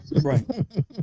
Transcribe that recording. right